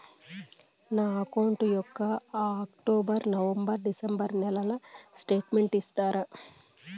నా అకౌంట్ యొక్క October, November, December నెలల స్టేట్మెంట్ ఇస్తారా?